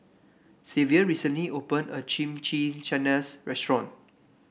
Xavier recently open a Chimichangas Restaurant